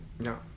No